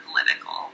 political